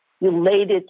related